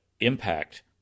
impact